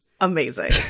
Amazing